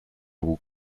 will